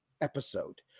episode